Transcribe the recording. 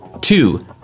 Two